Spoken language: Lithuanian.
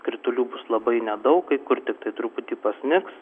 kritulių bus labai nedaug kai kur tiktai truputį pasnigs